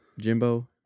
Jimbo